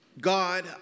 God